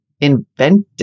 invented